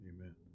Amen